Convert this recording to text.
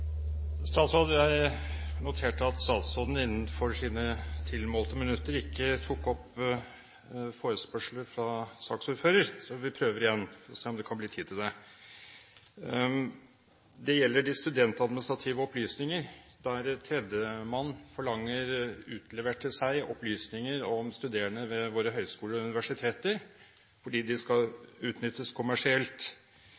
vi prøver igjen for å se om det kan bli tid til det. Det gjelder de studentadministrative opplysninger der tredjemann forlanger utlevert opplysninger om studerende ved våre høyskoler og universiteter, fordi de skal